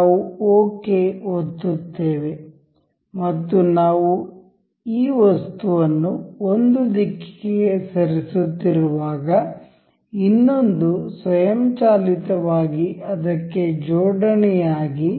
ನಾವು ಓಕೆ ಒತ್ತುತ್ತೇವೆ ಮತ್ತು ನಾವು ಈ ವಸ್ತುವನ್ನು ಒಂದು ದಿಕ್ಕಿಗೆ ಸರಿಸುತ್ತಿರುವಾಗ ಇನ್ನೊಂದು ಸ್ವಯಂಚಾಲಿತವಾಗಿ ಅದಕ್ಕೆ ಜೋಡಣೆಯಾಗಿ